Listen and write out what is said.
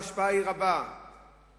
ההשפעה היא רבה וההשלכה